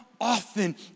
often